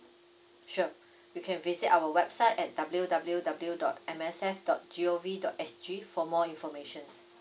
sure you can visit our website at W W W dot M S F dot G O V dot S G for more information